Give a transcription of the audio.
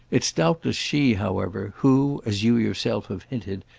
it's doubtless she, however, who, as you yourself have hinted,